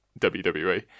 WWE